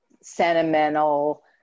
sentimental